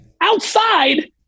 outside